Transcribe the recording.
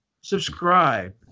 subscribe